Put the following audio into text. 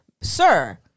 sir